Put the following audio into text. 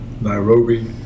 Nairobi